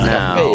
now